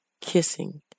kissing